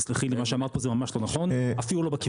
תסלחי לי מה שאמרת פה ממש לא נכון אפילו לא בכיוון.